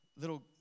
little